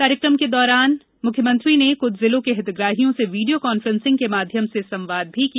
कार्यक्रम के दौरान मुख्यमंत्री ने कुछ जिलों के हितग्राहियों से वीडियो कॉन्फ्रेंसिंग के माध्यम से संवाद भी किया